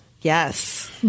Yes